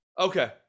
Okay